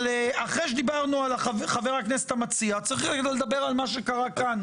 אבל אחרי שדיברנו על חבר הכנסת המציע צריך לדבר על מה שקרה כאן.